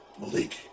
Malik